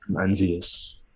envious